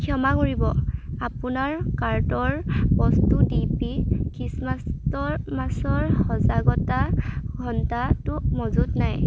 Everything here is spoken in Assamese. ক্ষমা কৰিব আপোনাৰ কাৰ্টৰ বস্তু ডি পি খ্ৰীষ্টমাষ্টৰ মাছৰ সজাগতা ঘণ্টাটো মজুত নাই